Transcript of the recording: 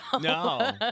No